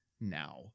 now